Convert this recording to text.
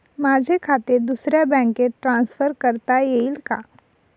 माझे खाते दुसऱ्या बँकेत ट्रान्सफर करता येईल का?